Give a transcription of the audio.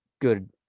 good